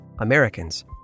Americans